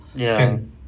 ya